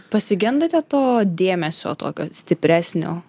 pasigendate to dėmesio tokio stipresnio